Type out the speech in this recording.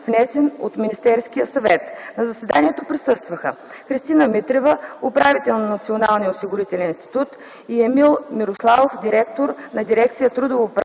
внесен от Министерския съвет. На заседанието присъстваха: Христина Митрева – управител на Националния осигурителен институт, и Емил Мирославов – директор на дирекция „Трудово право,